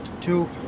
Two